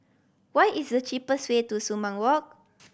what is the cheapest way to Sumang Walk